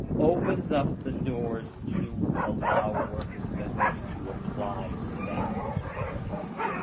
opens up the doors to allow work and incentives to apply to that disability.